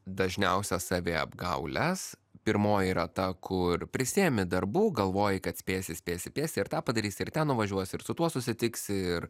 dažniausias saviapgaules pirmoji yra ta kur prisiimi darbų galvoji kad spėsi spėsi spėsi ir tą padarysi ir ten nuvažiuosi ir su tuo susitiksi ir